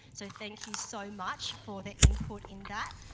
so, thank you so much for their input in that.